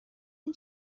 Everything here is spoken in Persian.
این